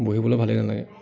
বহিবলৈ ভালেই নালাগে